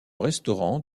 restaurant